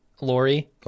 Lori